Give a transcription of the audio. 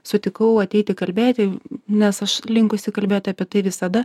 sutikau ateiti kalbėti nes aš linkusi kalbėt apie tai visada